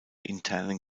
internen